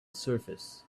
surfaces